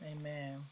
Amen